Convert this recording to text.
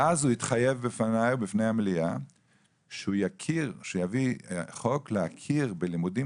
ואז הוא התחייב בפניי ובפני המליאה שהוא יביא חוק להכיר בלימודים